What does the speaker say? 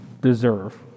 deserve